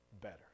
better